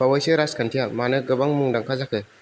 बावैसो राजखान्थिया मानो गोबां मुंदांखा जाखो